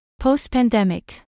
post-pandemic